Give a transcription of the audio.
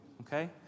okay